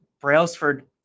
Brailsford